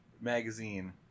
Magazine